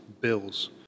bills